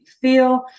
feel